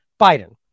Biden